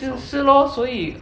就是 lor 所以